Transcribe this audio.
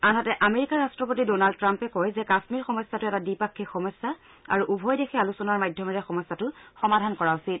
আনহাতে আমেৰিকাৰ ৰাট্ৰপতি ডোনাল্ড ট্ৰাম্পে কয় যে কাশ্মীৰ সমস্যাটো এটি দ্বিপাক্ষিক সমস্যা আৰু উভয় দেশে আলোচনাৰ মাধ্যমেৰে সমস্যাটো সমাধান কৰা উচিত